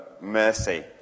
mercy